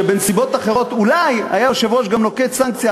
שבנסיבות אחרות אולי היה היושב-ראש גם נוקט סנקציה,